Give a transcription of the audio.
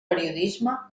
periodisme